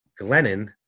Glennon